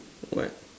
what